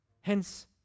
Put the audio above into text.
Hence